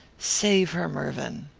save her, mervyn.